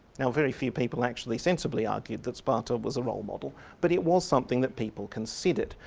now very few people actually sensibly argued that sparta was a role model but it was something that people considered.